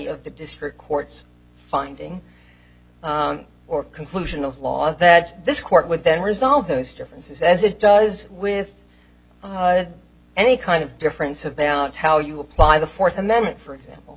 of the district court's finding or conclusion of law that this court would then resolve those differences as it does with any kind of difference about how you apply the fourth amendment for example